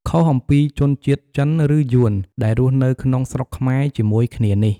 ខុសអំពីជនជាតិចិនឬយួនដែលរស់នៅក្នុងស្រុកខ្មែរជាមួយគ្នានេះ។